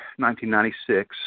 1996